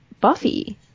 Buffy